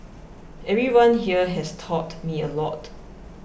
everyone here has taught me a lot